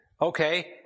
Okay